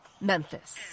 Memphis